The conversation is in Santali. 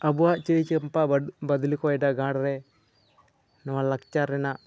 ᱟᱵᱚᱣᱟᱜ ᱪᱟᱹᱭ ᱪᱟᱢᱯᱟ ᱵᱟᱹᱰ ᱵᱟᱫᱚᱞᱤ ᱠᱚᱭᱰᱟ ᱜᱟᱲ ᱨᱮ ᱱᱚᱣᱟ ᱞᱟᱠᱪᱟᱨ ᱨᱮᱱᱟᱜ